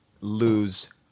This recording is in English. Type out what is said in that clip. lose